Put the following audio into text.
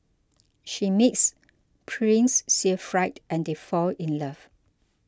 she meets Prince Siegfried and they fall in love